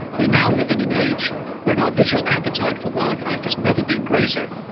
we now live in an age when our visual appetite for wildlife has never been greater.